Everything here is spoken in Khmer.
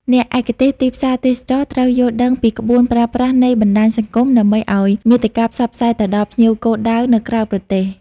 អ្នកឯកទេសទីផ្សារទេសចរណ៍ត្រូវយល់ដឹងពីក្បួនប្រើប្រាស់នៃបណ្តាញសង្គម ដើម្បីឱ្យមាតិកាផ្សព្វផ្សាយទៅដល់ភ្ញៀវគោលដៅនៅក្រៅប្រទេស។